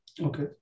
Okay